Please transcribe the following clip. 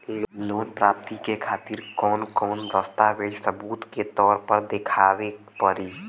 Loan प्राप्ति के खातिर कौन कौन दस्तावेज सबूत के तौर पर देखावे परी?